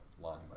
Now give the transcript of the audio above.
line